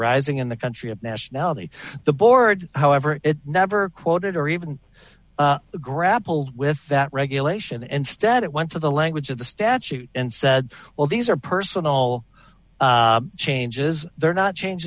ising in the country of nationality the board however it never quoted or even the grapple with that regulation and stead it went to the language of the statute and said well these are personnel changes they're not change